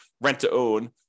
rent-to-own